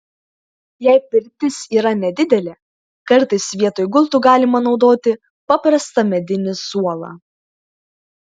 jei pirtis yra nedidelė kartais vietoj gultų galima naudoti paprastą medinį suolą